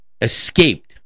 escaped